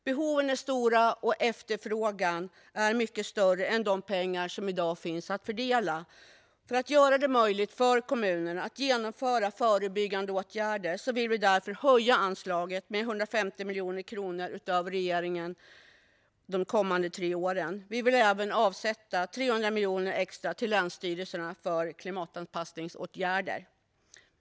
Behoven är stora, och efterfrågan är mycket större än de pengar som i dag finns att fördela. För att göra det möjligt för kommunerna att genomföra förbyggande åtgärder vill vi därför höja anslaget med 150 miljoner kronor, utöver regeringens, de kommande tre åren. Vi vill även avsätta 300 miljoner extra till länsstyrelserna för klimatanpassningsåtgärder.